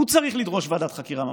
הוא צריך לדרוש ועדת חקירה ממלכתית,